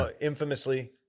infamously